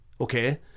Okay